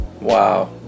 wow